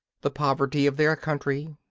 the poverty of their country,